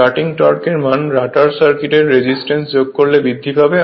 starting torque এর মান rotor সার্কিটে রেজিস্ট্যান্স যোগ করলে বৃদ্ধি পাবে